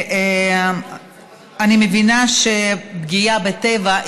אני מבינה שפגיעה בטבע,